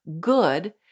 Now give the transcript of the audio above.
good